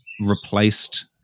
replaced